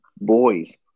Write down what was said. boys